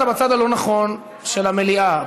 אתה בצד הלא-נכון של המליאה,